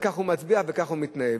וכך הוא מצביע וכך הוא מתנהל.